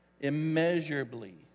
immeasurably